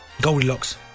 Goldilocks